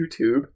YouTube